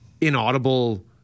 inaudible